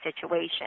situation